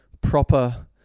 proper